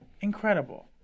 Incredible